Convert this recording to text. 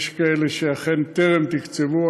יש כאלה שאכן טרם תקצבו.